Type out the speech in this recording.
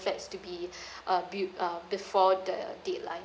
flats to be uh buil~ uh before the deadline